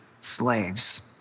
slaves